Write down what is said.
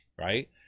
right